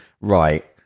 right